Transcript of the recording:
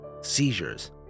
seizures